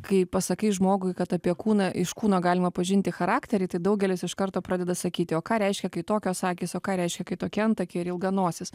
kai pasakai žmogui kad apie kūną iš kūno galima pažinti charakterį tai daugelis iš karto pradeda sakyti o ką reiškia kai tokios akys o ką reiškia kai tokie antakiai ir ilga nosis